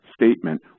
statement